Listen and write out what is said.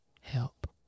help